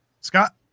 Scott